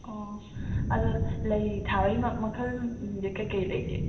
ꯑꯥ ꯑꯗꯣ ꯂꯩ ꯊꯥꯕꯒꯤ ꯃꯈꯜꯁꯤꯡꯁꯦ ꯀꯔꯤ ꯀꯔꯤ ꯂꯩꯒꯦ